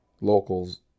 Locals